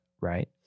right